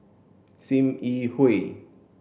Sim Yi Hui